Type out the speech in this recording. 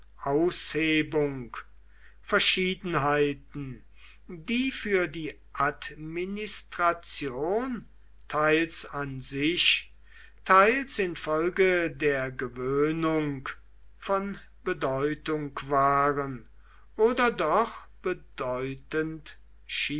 aushebung verschiedenheiten die für die administration teils an sich teils infolge der gewöhnung von bedeutung waren oder doch bedeutend